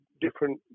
different